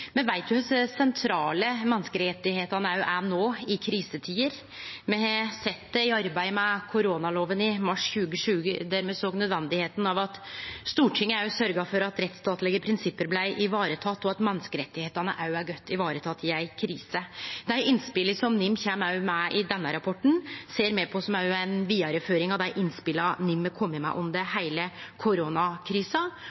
Me veit kor sentrale menneskerettane òg er no i krisetider. Me har sett det i arbeidet med koronaloven i mars 2020, der me såg det nødvendige i at Stortinget sørgde for at rettsstatlege prinsipp blei varetekne, og at menneskerettane òg er godt varetekne i ei krise. Dei innspela NIM kjem med i denne rapporten, ser me på som ei vidareføring av dei innspela NIM har kome med under